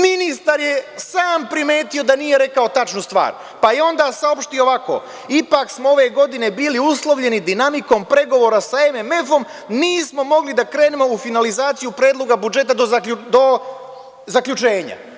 Ministar je sam primetio da nije rekao tačnu stvar, pa je onda saopšti ovako – ipak smo ove godine bili uslovljeni dinamikom pregovora sa MMF-om, nismo mogli da krenemo u finalizaciju Predloga budžeta do zaključenja.